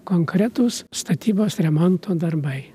konkretūs statybos remonto darbai